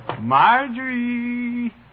Marjorie